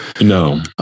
No